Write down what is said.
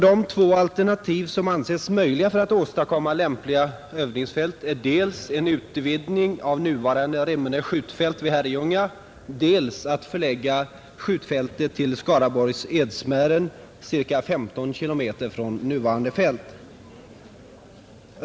De två alternativ som ansetts möjliga för att åstadkomma lämpliga övningsfält är dels en utvidgning av nuvarande Remmene skjutfält vid Herrljunga, dels en förläggning av skjutfältet till Skaraborgs Edsmären ca 15 kilometer från nuvarande fält.